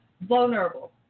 vulnerable